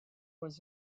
was